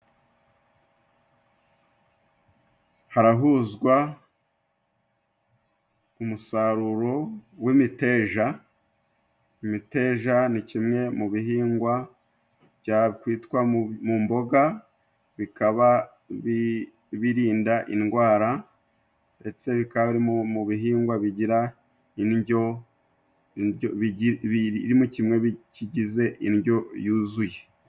Harahuzwa umusaruro w'imiteja. Imiteja ni kimwe mu bihingwa byakwitwa mu mboga bikaba birinda indwara ndetse bikaba mu bihingwa bigira indyo yuzuye.